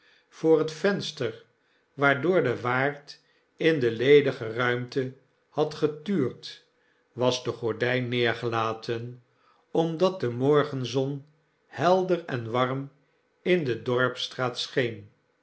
voor het venster waardoor de waard in de ledige ruimte had getuurd was de gordyn neergelaten omdat de morgenzon helder en warm in de dorpstraat